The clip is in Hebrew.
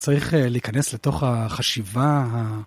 צריך להיכנס לתוך החשיבה ה...